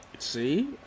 see